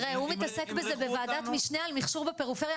ימרחו אותנו --- ועדת משנה על מכשור רפואי בפריפריה,